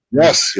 Yes